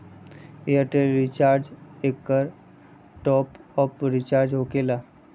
Airtel recharge एकर top off recharge होकेला?